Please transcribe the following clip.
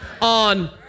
on